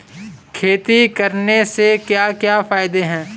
खेती करने से क्या क्या फायदे हैं?